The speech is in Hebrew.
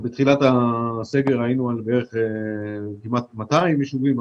בתחילת הסגר היינו על כמעט 200 יישובים,